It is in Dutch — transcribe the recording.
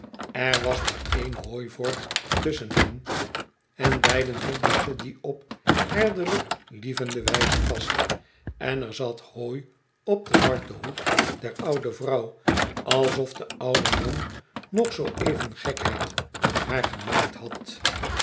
er was maar één hooivork tusschen hen en beiden hielden ze die op herderlijk hevende wijze vast en er zat hooi op den zwarten hoed der oude vrouw alsof de oude man nog zoo even gekheid met haar gemaakt had